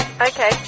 Okay